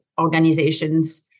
organizations